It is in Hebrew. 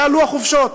היה לוח חופשות,